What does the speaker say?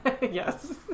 Yes